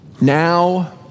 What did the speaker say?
Now